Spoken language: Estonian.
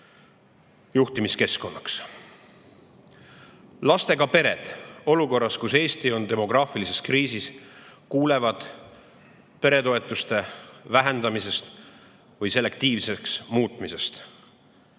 juhtimiskeskkonnaks. Lastega pered kuulevad olukorras, kus Eesti on demograafilises kriisis, peretoetuste vähendamisest või selektiivseks muutmisest.